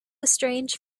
strange